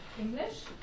English